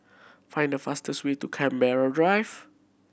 find the fastest way to Canberra Drive